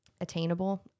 attainable